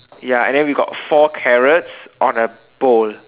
ya and then we got four carrots on a bowl